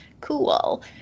cool